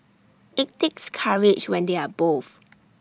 IT takes courage when they are both